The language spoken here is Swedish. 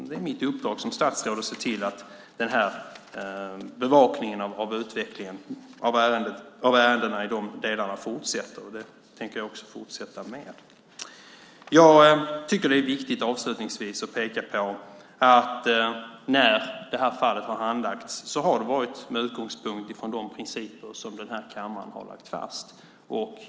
Det är mitt uppdrag som statsråd att se till att bevakningen av utvecklingen av ärendena fortsätter. Det tänker jag också fortsätta med. Det är avslutningsvis viktigt att peka på att detta fall har handlagts med utgångspunkt i de principer som kammaren har lagt fast.